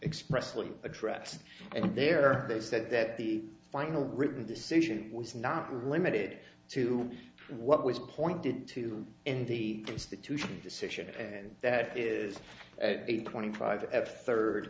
expressly address and there they said that the final written decision was not limited to what was pointed to in the institution decision and that is a twenty five at third